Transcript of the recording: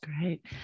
Great